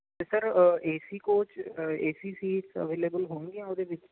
ਅਤੇ sir A C coach A C C available ਹੋਣਗੀਆਂ ਉਹਦੇ ਵਿੱਚ